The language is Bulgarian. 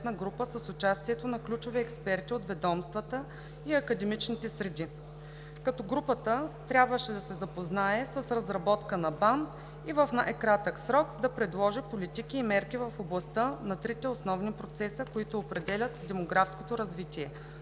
група с участието на ключови експерти от ведомствата и академичните среди, като групата трябваше да се запознае с разработка на БАН и в най-кратък срок да предложи политики и мерки в областта на трите основни процеса, които определят демографското развитие –